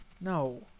No